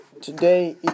today